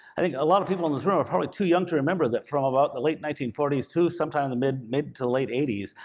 i think a lot of people in this room are probably ah too young to remember that from about the late nineteen forty s to sometime in the mid mid to late eighty s,